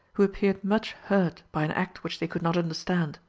who appeared much hurt by an act which they could not understand.